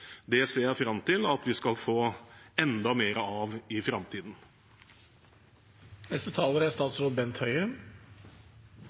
Det ser jeg fram til at vi skal få enda mer av i